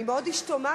אני מאוד השתוממתי,